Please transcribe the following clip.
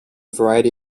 variety